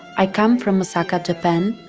i come from osaka, japan,